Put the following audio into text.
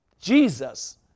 Jesus